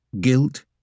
guilt